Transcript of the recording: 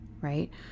right